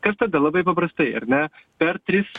kas tada labai paprastai ar ne per tris